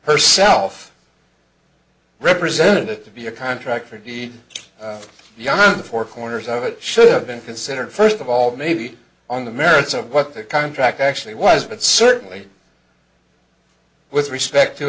herself represented to be a contract for deed beyond the four corners of it should have been considered first of all maybe on the merits of what the contract actually was but certainly with respect to